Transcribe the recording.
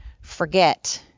forget